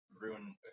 ruin